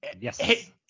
Yes